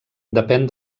depèn